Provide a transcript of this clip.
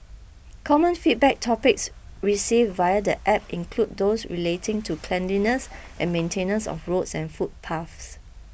common feedback topics received via the app include those relating to cleanliness and maintenance of roads and footpaths